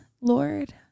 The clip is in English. Lord